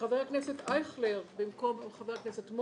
הצבעה בעד ההסתייגות 6 נגד, 8 נמנעים,